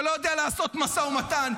שלא יודע לעשות משא ומתן,